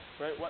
right